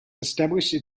established